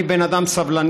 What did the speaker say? אני בן אדם סבלני,